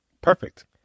Perfect